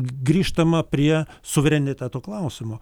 grįžtama prie suvereniteto klausimo